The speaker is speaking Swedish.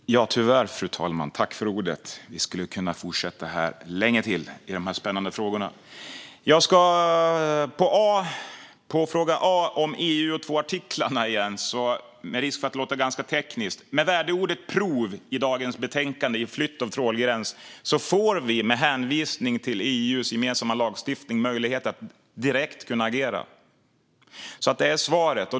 Fru talman! Tyvärr blir detta min slutreplik. Vi skulle kunna fortsätta länge till i de här spännande frågorna. Jag börjar med frågan om EU och de två artiklarna. Med risk för att låta ganska teknisk: Med värdeordet prov i dagens betänkande om flytt av trålgräns får vi, med hänvisning till EU:s gemensamma lagstiftning, möjlighet att agera direkt. Det är svaret.